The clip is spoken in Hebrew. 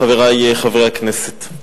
חברי חברי הכנסת,